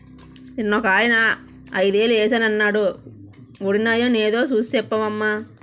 నిన్నొకాయన ఐదేలు ఏశానన్నాడు వొడినాయో నేదో సూసి సెప్పవమ్మా